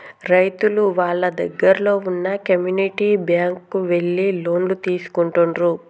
రైతులు వాళ్ళ దగ్గరల్లో వున్న కమ్యూనిటీ బ్యాంక్ కు ఎళ్లి లోన్లు తీసుకుంటుండ్రు